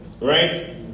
Right